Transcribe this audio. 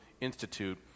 Institute